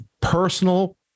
personal